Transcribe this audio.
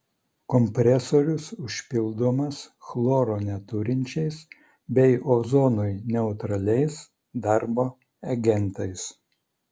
kompresorius užpildomas chloro neturinčiais bei ozonui neutraliais darbo agentais